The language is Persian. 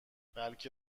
بلکه